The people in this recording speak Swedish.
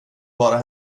bara